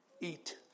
eat